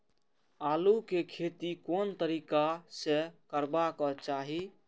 आलु के खेती कोन तरीका से करबाक चाही?